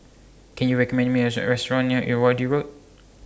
Can YOU recommend Me A Restaurant near Irrawaddy Road